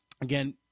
Again